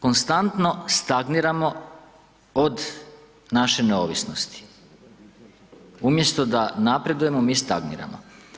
Konstantno stagniramo od naše neovisnosti, umjesto da napredujemo, mi stagniramo.